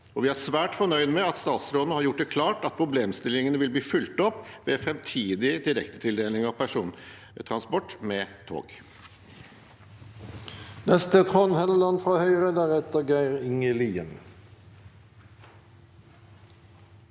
vi er svært fornøyd med at statsråden har gjort det klart at problemstillingene vil bli fulgt opp ved framtidig direktetildeling av persontransport med tog.